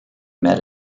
met